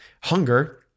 hunger